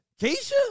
Keisha